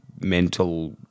mental –